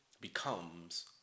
becomes